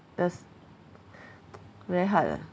thus very hard ah